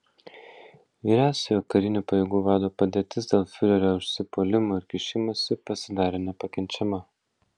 vyriausiojo karinių pajėgų vado padėtis dėl fiurerio užsipuolimų ir kišimosi pasidarė nepakenčiama